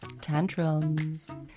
Tantrums